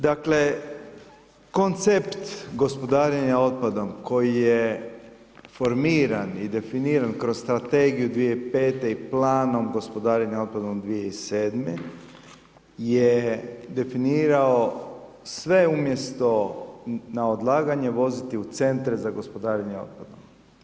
Dakle, koncept gospodarenjem otpadom koji je formiran i definiran kroz Strategiju 2005. i Planom gospodarenja otpadom 2007. je definirao sve umjesto, na odlaganje, voziti u centre za gospodarenje otpadom.